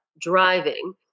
driving